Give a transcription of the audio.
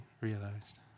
realized